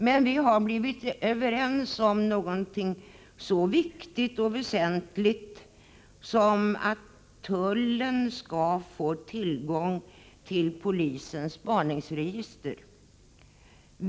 Vi har därvid blivit överens om någonting så viktigt och väsentligt som att tullen skall få tillgång till polisens spaningsregister.